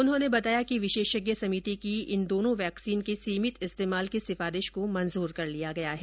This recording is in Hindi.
उन्होंने बताया कि विशेषज्ञ समिति की इन दोनों वैक्सीन के सीमित इस्तेमाल की सिफारिश को मंजूर कर लिया गया है